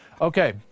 Okay